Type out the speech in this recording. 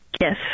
Yes